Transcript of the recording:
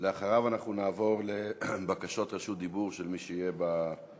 אחריו אנחנו נעבור לבקשות רשות דיבור של מי שיהיה באולם.